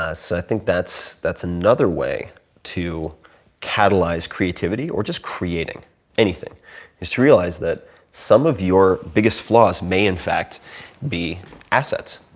i think that's that's another way to catalyze creativity or just creating anything is to realize that some of your biggest flaws may in fact be assets.